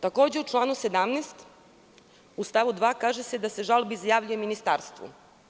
Takođe, u članu 17. u stavu 2. kaže se da se žalba izjavljuje ministarstvu.